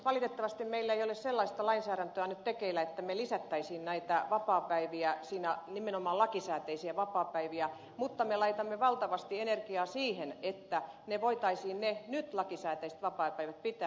valitettavasti meillä ei ole sellaista lainsäädäntöä nyt tekeillä että me lisäisimme näitä vapaapäiviä nimenomaan lakisääteisiä vapaapäiviä mutta me laitamme valtavasti energiaa siihen että ne nyt lakisääteiset vapaapäivät voitaisiin pitää